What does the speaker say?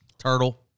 turtle